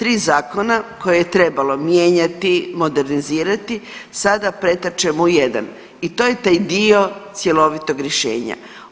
Tri zakona koje je trebalo mijenjati, modernizirati sada pretačemo u jedan i to je taj dio cjelovitog rješenja.